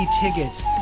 tickets